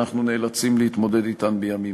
שחיים כאן ואנחנו בוודאי שותפים עמם,